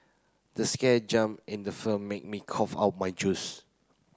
the scare jump in the film made me cough out my juice